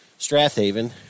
Strathaven